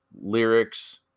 lyrics